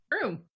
True